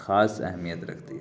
خاص اہمیت رکھتی ہے